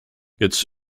its